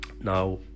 Now